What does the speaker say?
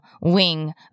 Wing